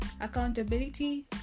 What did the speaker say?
accountability